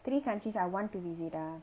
three countries I want to visit ah